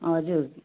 हजुर